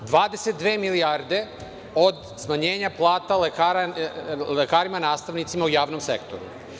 Dvadesetdve milijarde od smanjenja plata lekarima, nastavnicima u javnom sektoru.